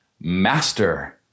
master